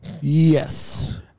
Yes